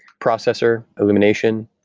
processor, elimination,